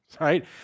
right